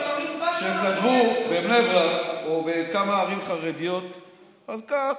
שכתבו בבני ברק או בכמה ערים חרדיות על כך